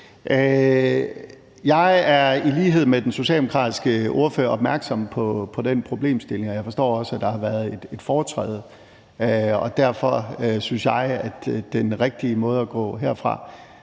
Jeg er i lighed med den socialdemokratiske ordfører opmærksom på den problemstilling, og jeg forstår også, der har været et foretræde. Derfor synes jeg, at den rigtige måde at gå videre